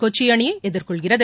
கொச்சி அணியை எதிர்கொள்கிறது